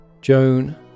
Joan